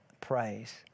praise